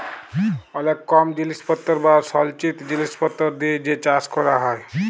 অলেক কম জিলিসপত্তর বা সলচিত জিলিসপত্তর দিয়ে যে চাষ ক্যরা হ্যয়